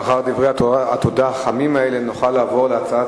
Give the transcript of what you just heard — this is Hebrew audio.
אחר דברי התודה החמים האלה נוכל לעבור להצעת